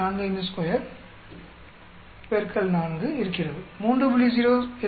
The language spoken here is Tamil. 452 X 4 இருக்கிறது 3